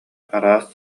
араас